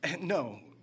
no